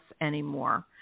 anymore